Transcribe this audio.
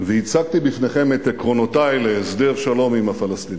והצגתי בפניכם את עקרונותי להסדר שלום עם הפלסטינים.